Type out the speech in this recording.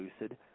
lucid